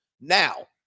Now